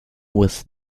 was